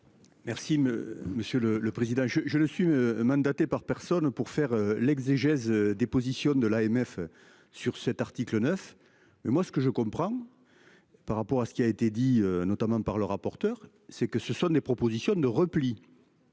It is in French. Merci me monsieur le le président je je ne suis mandaté par personne pour faire l'exégèse des positions de l'AMF sur cet article 9. Mais moi ce que je comprends. Par rapport à ce qui a été dit, notamment par le rapporteur, c'est que ce sont des propositions de repli.